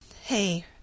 Hey